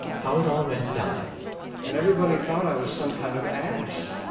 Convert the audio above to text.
how it all went downhill and everybody thought i was some kind of ass